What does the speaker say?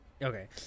Okay